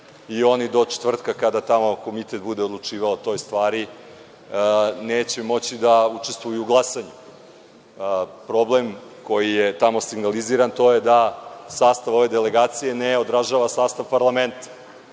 i oni do četvrtka, kada tamo komitet bude odlučivao o toj stvari, neće moći da učestvuju u glasanju. Problem koji je tamo signaliziran, to je da sastav ove delegacije ne odražava sastav parlamenta.